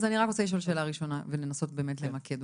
אז אני רק רוצה לשאול שאלה ראשונה ולנסות באמת למקד,